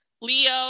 leo